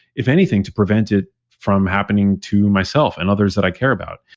if anything, to prevent it from happening to myself and others that i care about.